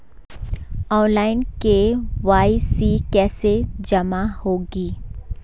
Online KYC कैसे जमा होगी?